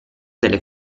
delle